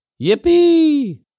Yippee